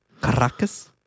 Caracas